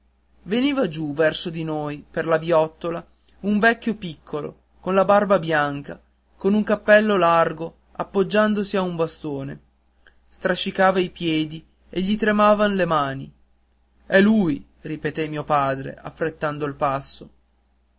veniva giù verso di noi per la viottola un vecchio piccolo con la barba bianca con un cappello largo appoggiandosi a un bastone strascicava i piedi e gli tremavan le mani è lui ripeté mio padre affrettando il passo